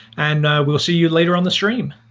and we'll see you later on the stream.